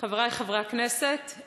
חברי חברי הכנסת,